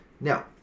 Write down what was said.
Now